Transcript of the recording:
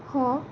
ହଁ